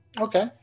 Okay